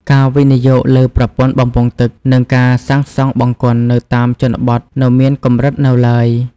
ការវិនិយោគលើប្រព័ន្ធបំពង់ទឹក និងការសាងសង់បង្គន់នៅតាមជនបទនៅមានកម្រិតនៅឡើយ។